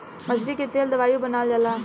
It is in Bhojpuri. मछली के तेल दवाइयों बनावल जाला